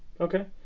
Okay